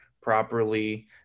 properly